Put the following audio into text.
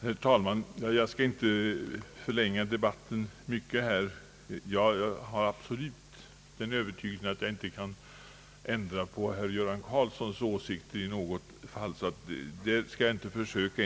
Herr talman! Jag skall inte förlänga debatten mycket. Jag har absolut den övertygelsen att jag inte kan ändra på herr Göran Karlssons åsikt, och jag skall inte ens försöka.